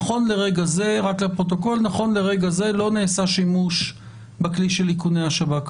נכון לרגע זה לא נעשה שימוש בכלי של איכוני השב"כ.